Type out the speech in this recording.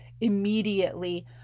immediately